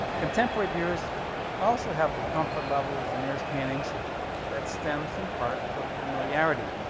contemporary viewers also have a comfort level with vermeer's paintings that stems in part from familiarity.